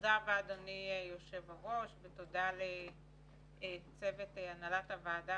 תודה רבה אדוני היושב ראש ותודה רבה לצוות הנהלת הוועדה